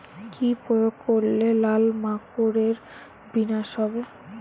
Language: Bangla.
কি প্রয়োগ করলে লাল মাকড়ের বিনাশ হবে?